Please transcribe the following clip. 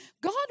God